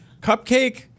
cupcake